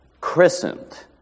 christened